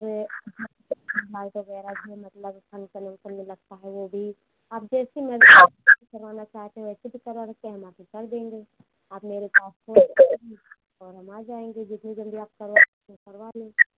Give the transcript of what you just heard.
फिर माइक वग़ैरह भी है मतलब फंक्शन वंक्शन में लगता है वह भी आप जैसी मर्ज़ी करवाना चाहते हैं वैसी भी करवा सकते हैं हम आकर कर देंगे आप मेरे पास फोन कर दें और हम आ जाएंगे जितनी जल्दी आप करवा सकते है करवा लें